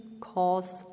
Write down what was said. cause